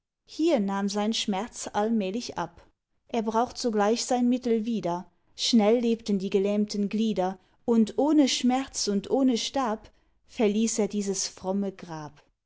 hier nahm sein schmerz allmählich ab er braucht sogleich sein mittel wieder schnell lebten die gelähmten glieder und ohne schmerz und ohne stab verließ er dieses fromme grab